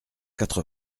quatre